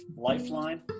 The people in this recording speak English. lifeline